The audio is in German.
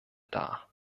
dar